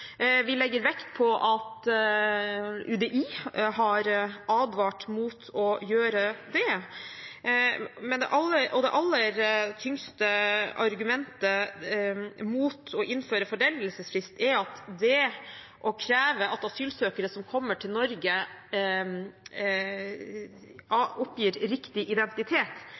Vi legger vekt på at UDI har advart mot å gjøre det. Det aller tyngste argumentet mot å innføre foreldelsesfrist er at det å kreve at asylsøkere som kommer til Norge, oppgir riktig identitet,